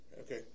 Okay